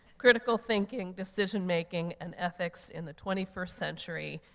critical thinking, decision making and ethics in the twenty first century.